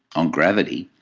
on gravity,